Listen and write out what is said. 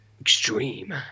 extreme